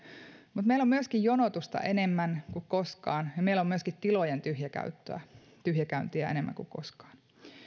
mutta meillä on myöskin jonotusta enemmän kuin koskaan ja meillä on myöskin tilojen tyhjäkäyntiä tyhjäkäyntiä enemmän kuin koskaan